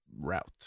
route